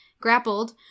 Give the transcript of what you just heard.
grappled